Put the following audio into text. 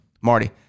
Marty